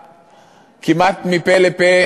כמעט מפה לפה,